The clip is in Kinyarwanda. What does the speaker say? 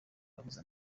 babuze